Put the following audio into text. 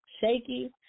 shaky